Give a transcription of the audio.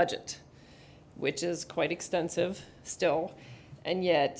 budget which is quite extensive still and yet